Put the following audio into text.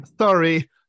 sorry